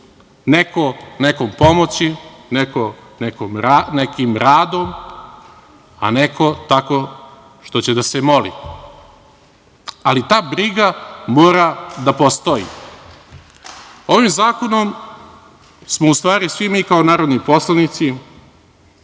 Neko nekom pomoći, nekim radom, a neko tako što će da se moli, ali ta briga mora da postoji. Ovim zakonom smo ustvari svi mi kao narodni poslanici